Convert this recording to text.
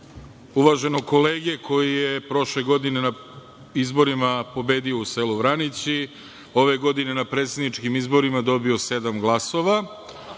uvaženog kolege koji je prošle godine na izborima pobedio u selu Vranići, ove godine na predsedničkim izborima sedam glasova,